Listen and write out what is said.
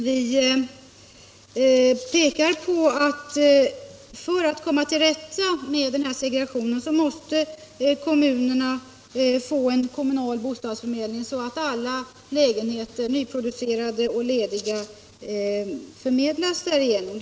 Vi pekar där på att kommunerna för att komma till rätta med denna segregation måste få en kommunal bostadsförmedling genom vilken alla nyproducerade och andra lediga lägenheter förmedlas.